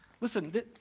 Listen